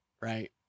right